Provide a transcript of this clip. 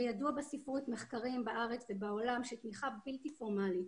ידוע בספרות מחקרים בארץ ובעולם שתמיכה בלתי פורמלית